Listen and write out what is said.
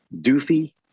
doofy